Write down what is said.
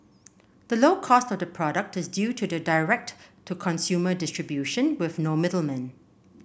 the low cost of the product is due to the direct to consumer distribution with no middlemen